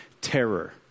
terror